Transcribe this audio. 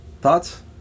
Thoughts